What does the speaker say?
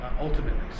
ultimately